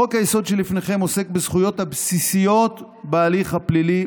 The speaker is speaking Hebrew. חוק-היסוד שלפניכם עוסק בזכויות הבסיסיות בהליך הפלילי,